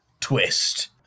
Twist